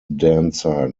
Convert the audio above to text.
dancer